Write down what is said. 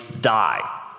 die